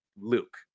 Luke